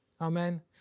amen